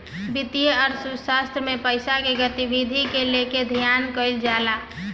वित्तीय अर्थशास्त्र में पईसा के गतिविधि के लेके अध्ययन कईल जाला